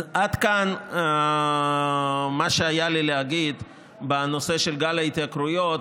אז עד כאן מה שהיה לי להגיד בנושא של גל ההתייקרויות